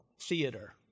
Theater